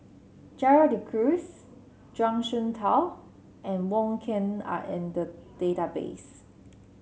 Gerald De Cruz Zhuang Shengtao and Wong Ken are in the database